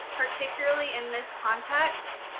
particularly in this context,